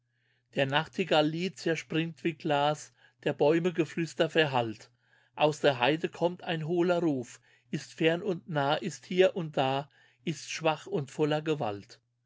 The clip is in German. der nachtigall lied zerspringt wie glas der bäume geflüster verhallt aus der heide kommt ein hohler ruf ist fern und nah ist hier und da ist schwach und voller gewalt